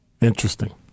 Interesting